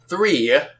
Three